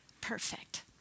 perfect